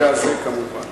בריאות טובה.